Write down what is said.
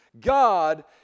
God